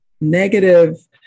negative